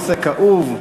נושא כאוב.